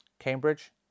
Cambridge